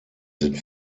sind